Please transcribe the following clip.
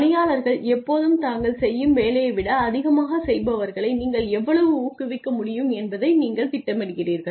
பணியாளர்கள் எப்போதும் தாங்கள் செய்யும் வேலையை விட அதிகமாகச் செய்பவர்களை நீங்கள் எவ்வளவு ஊக்குவிக்க முடியும் என்பதை நீங்கள் திட்டமிடுகிறீர்கள்